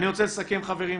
אני רוצה לסכם, חברים.